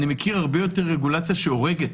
אני מכיר הרבה יותר רגולציה שהורגת,